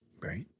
Right